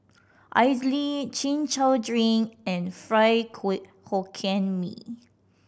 idly Chin Chow drink and fried Hokkien Mee